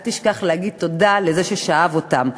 אל תשכח להגיד תודה לזה ששאב אותם.